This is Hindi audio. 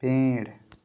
पेड़